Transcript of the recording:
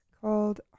called